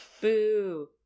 Boo